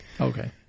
Okay